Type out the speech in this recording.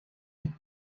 est